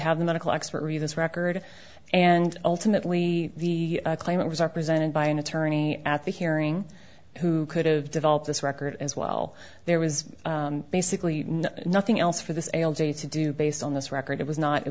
have the medical expert read this record and ultimately the claimant was are presented by an attorney at the hearing who could have developed this record as well there was basically nothing else for the sale day to do based on this record it was not it